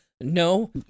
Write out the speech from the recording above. No